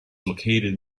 located